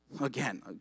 Again